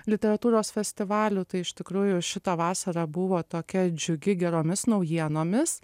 literatūros festivalių tai iš tikrųjų šita vasara buvo tokia džiugi geromis naujienomis